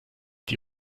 die